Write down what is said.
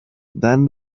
then